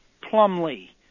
Plumley